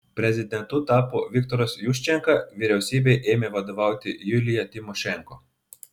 prezidentu tapo viktoras juščenka vyriausybei ėmė vadovauti julija timošenko